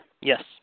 Yes